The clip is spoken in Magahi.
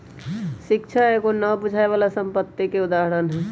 शिक्षा एगो न बुझाय बला संपत्ति के उदाहरण हई